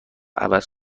عوض